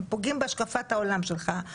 הם פוגעים בהשקפת העולם שלך,